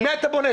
על מי אתה בונה?